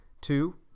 Two